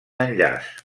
enllaç